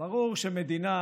הזה שימוש